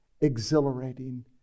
exhilarating